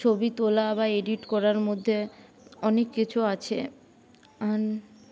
ছবি তোলা বা এডিট করার মধ্যে অনেক কিছু আছে